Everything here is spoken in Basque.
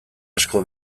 asko